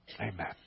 Amen